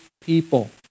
people